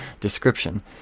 description